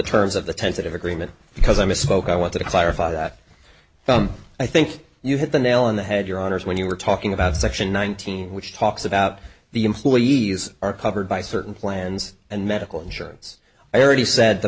terms of the tentative agreement because i misspoke i want to clarify that i think you hit the nail on the head your honour's when you were talking about section one thousand which talks about the employees are covered by certain plans and medical insurance i already said the